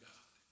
God